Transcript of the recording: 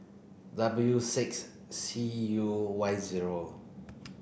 W six C U Y zero